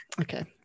okay